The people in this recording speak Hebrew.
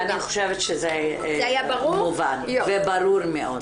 אני חושבת שזה מובן וברור מאוד.